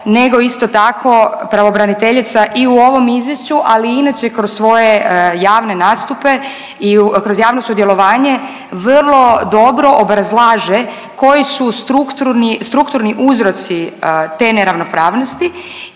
nego isto tako pravobraniteljica i u ovom izvješću, ali i inače kroz svoje javne nastupe i kroz javno sudjelovanje vrlo dobro obrazlaže koji su strukturni, strukturni uzroci te neravnopravnosti